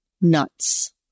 nuts